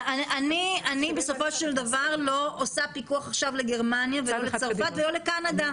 אני בסופו של דבר לא עושה פיקוח לגרמניה ולא לצרפת ולא לקנדה.